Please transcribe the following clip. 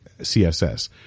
CSS